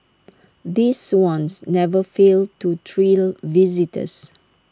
these swans never fail to thrill visitors